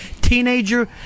teenager